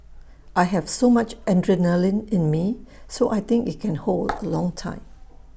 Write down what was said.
I have so much adrenaline in me so I think IT can hold A long time